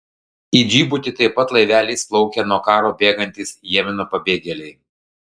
į džibutį taip pat laiveliais plaukia nuo karo bėgantys jemeno pabėgėliai